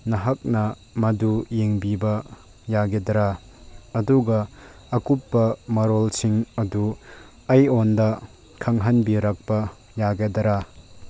ꯅꯍꯥꯛꯅ ꯃꯗꯨ ꯌꯦꯡꯕꯤꯕ ꯌꯥꯒꯗ꯭ꯔꯥ ꯑꯗꯨꯒ ꯑꯀꯨꯞꯄ ꯃꯔꯣꯜꯁꯤꯡ ꯑꯗꯨ ꯑꯩꯉꯣꯟꯗ ꯈꯪꯍꯟꯕꯤꯔꯛꯄ ꯌꯥꯒꯗ꯭ꯔꯥ